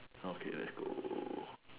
okay let's go